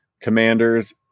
commanders